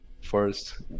first